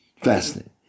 Fascinating